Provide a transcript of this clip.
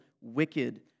wicked